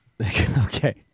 Okay